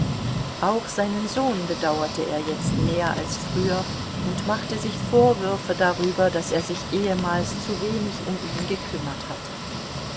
auch seinen sohn bedauerte er jetzt mehr als früher und machte sich vorwürfe darüber daß er sich ehemals zu wenig um ihn gekümmert hatte